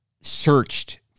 searched